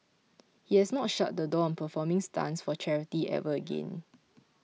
he has not shut the door on performing stunts for charity ever again